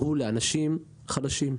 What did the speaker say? הוא לאנשים חלשים.